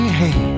hey